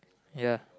ya